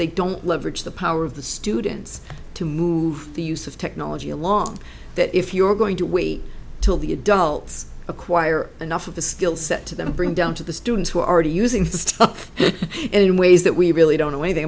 they don't leverage the power of the students to move the use of technology along that if you're going to wait till the adults acquire enough of the skill set to then bring down to the students who are already using it in ways that we really don't know anything